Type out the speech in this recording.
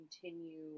continue